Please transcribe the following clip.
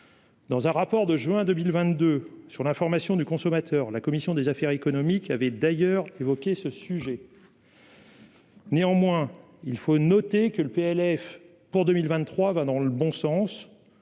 Dans un rapport de juin 2022 sur l'information du consommateur, la commission des affaires économiques, il avait d'ailleurs évoqué ce sujet. Néanmoins il faut noter que le PLF pour 2023 va dans le bon sens,